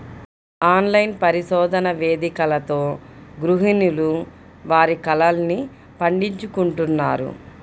online పరిశోధన వేదికలతో గృహిణులు వారి కలల్ని పండించుకుంటున్నారు